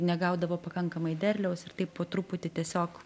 negaudavo pakankamai derliaus ir taip po truputį tiesiog